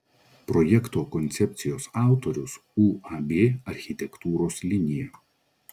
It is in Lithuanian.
projekto koncepcijos autorius uab architektūros linija